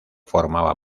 formaba